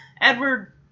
Edward